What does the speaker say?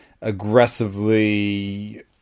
aggressively